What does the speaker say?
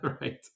right